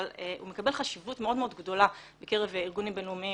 אבל הוא מקבל חשיבות מאוד-מאוד גדולה בקרב ארגונים בין-לאומיים,